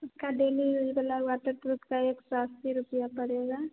उसका देने वाला बात है तो उसका एक सौ अस्सी रुपये पड़ेगा